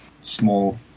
small